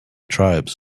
tribes